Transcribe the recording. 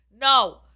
No